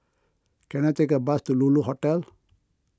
can I take a bus to Lulu Hotel